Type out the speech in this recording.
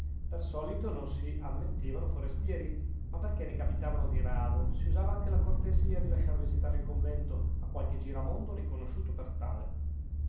per solito non si ammettevano forestieri ma perchè ne capitavano di rado si usava anche la cortesia di lasciar visitare il convento a qualche giramondo riconosciuto per tale